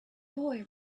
boy